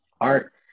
art